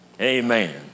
Amen